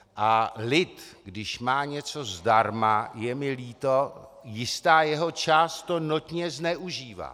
A lid, když má něco zdarma, je mi líto, jistá jeho část to notně zneužívá.